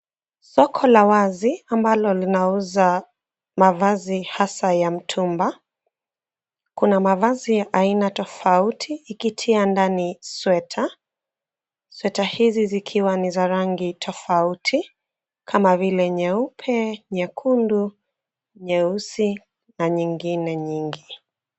Soko la wazi ambalo linauza mavazi hasa ya mtumba; kuna mavazi aina tofauti ikitia ndani sweta; sweta hizi zikiwa ni za rangi tofauti kama vile nyeupe, nyekundu, nyeusi na nyingine nyingi.